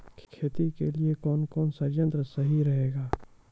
खेती के लिए कौन कौन संयंत्र सही रहेगा?